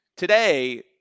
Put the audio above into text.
Today